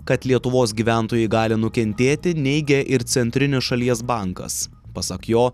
kad lietuvos gyventojai gali nukentėti neigia ir centrinis šalies bankas pasak jo